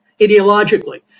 ideologically